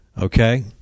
Okay